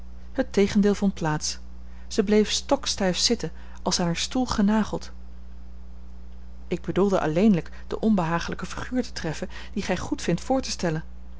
het tegendeel vond plaats zij bleef stokstijf zitten als aan haar stoel genageld ik bedoelde alleenlijk de onbehagelijke figuur te treffen die gij goedvindt voor te stellen